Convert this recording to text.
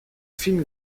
fin